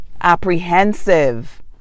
apprehensive